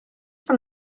from